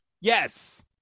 Yes